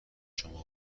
شما